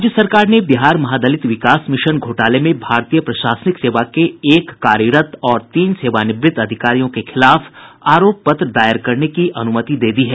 राज्य सरकार ने बिहार महादलित विकास मिशन घोटाले में भारतीय प्रशासनिक सेवा के एक कार्यरत और तीन सेवानिवृत्त अधिकारियों के खिलाफ आरोप पत्र दायर करने की अनुमति दे दी है